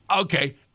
okay